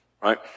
Right